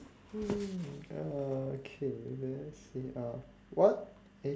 hmm oh okay let's see uh what eh